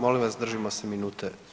Molim vas, držimo se minute.